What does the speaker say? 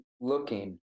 looking